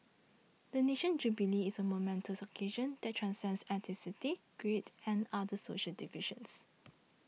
the nation's jubilee is a momentous occasion that transcends ethnicity creed and other social divisions